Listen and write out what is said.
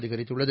அதிகரித்துள்ளது